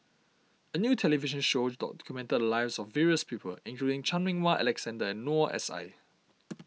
a new television show documented the lives of various people including Chan Meng Wah Alexander and Noor S I